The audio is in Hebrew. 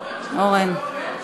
אני רק